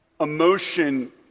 emotion